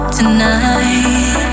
Tonight